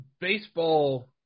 baseball –